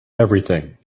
everything